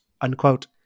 unquote